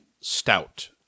Stout